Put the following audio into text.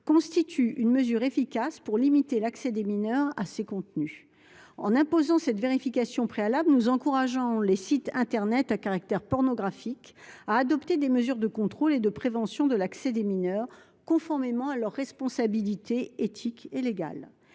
constituerait une mesure efficace pour limiter l’accès des mineurs à ces contenus. Ce faisant, nous encourageons les sites internet à caractère pornographique à adopter des mesures de contrôle et de prévention de l’accès des mineurs, conformément à leurs responsabilités éthiques et légales.